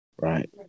right